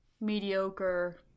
mediocre